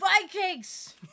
Vikings